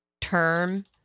term